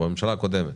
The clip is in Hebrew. בממשלה הקודמת,